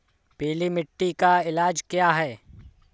पीली मिट्टी का इलाज क्या है?